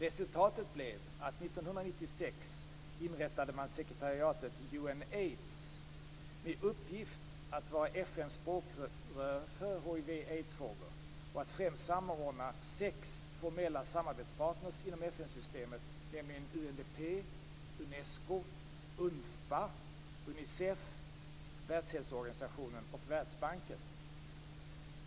Resultatet blev att man 1996 inrättade sekretariatet Unaids med uppgift att vara FN:s språkrör för hiv/aids-frågor och att främst samordna sex formella samarbetspartner inom FN WHO och Världsbanken.